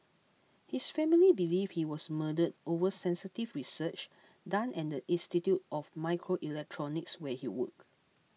his family believe he was murdered over sensitive research done at the Institute of Microelectronics where he worked